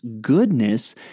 goodness